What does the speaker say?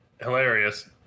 hilarious